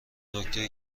نکته